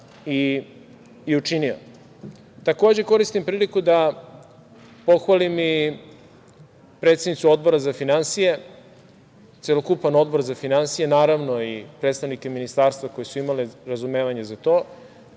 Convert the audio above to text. i učinio. Takođe, koristim priliku da pohvalim i predsednicu Odbora za finansije, celokupan Odbor za finansije, naravno i predstavnike ministarstva koji su imale razumevanja za